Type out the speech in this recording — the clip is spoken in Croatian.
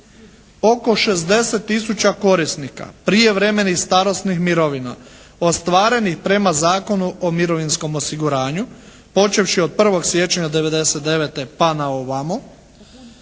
Oko 60 tisuća korisnika prijevremenih starosnih mirovina ostvarenih prema Zakonu o mirovinskom osiguranju počevši od 1. siječnja '99. pa na ovamo